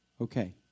Okay